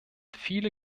viele